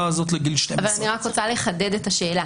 הזאת לגיל 12. אני רק רוצה לחדד את השאלה.